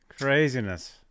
Craziness